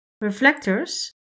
Reflectors